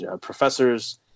professors